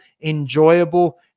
enjoyable